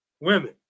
women